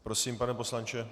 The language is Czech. Prosím, pane poslanče.